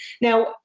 Now